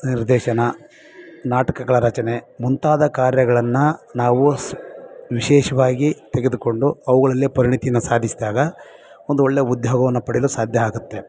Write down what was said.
ನಿರ್ದೇಶನ ನಾಟಕಗಳ ರಚನೆ ಮುಂತಾದ ಕಾರ್ಯಗಳನ್ನು ನಾವು ಸ್ ವಿಶೇಷವಾಗಿ ತೆಗೆದುಕೊಂಡು ಅವುಗಳಲ್ಲಿ ಪರಿಣಿತೀನ ಸಾಧಿಸ್ದಾಗ ಒಂದು ಒಳ್ಳೆ ಉದ್ಯೋಗವನ್ನ ಪಡೆಯಲು ಸಾಧ್ಯ ಆಗುತ್ತೆ